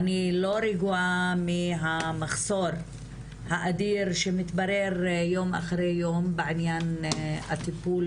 אני לא רגועה מהמחסור האדיר שמתברר יום אחר יום בעניין הטיפול